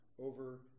over